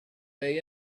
day